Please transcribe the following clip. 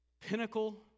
Pinnacle